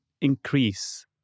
increase